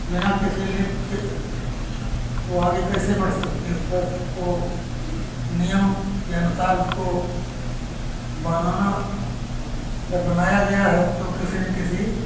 बिना किसी लिपि के वो आगे कैसे बढ़ सकती है उस पर वो नियम के अनुसार उसको बनाना या बनाया गया है तो किसी न किसी